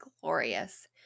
glorious